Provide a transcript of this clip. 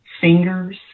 fingers